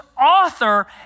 author